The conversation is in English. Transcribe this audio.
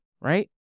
right